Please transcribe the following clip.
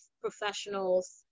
professionals